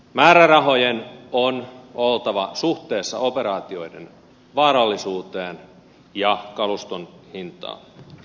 määrärahojen on oltava suhteessa operaatioiden vaarallisuuteen ja kaluston hintaan